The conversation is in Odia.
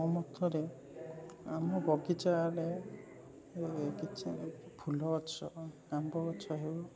ମୋ ମତରେ ଆମ ବଗିଚାରେ କିଛି ଫୁଲ ଗଛ ଆମ୍ବ ଗଛ ହେଉ